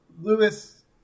Lewis